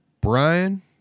Brian